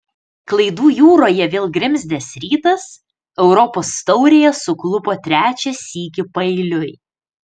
klaidų jūroje vėl grimzdęs rytas europos taurėje suklupo trečią sykį paeiliui